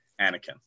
Anakin